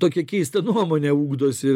tokią keistą nuomonę ugdosi